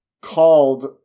called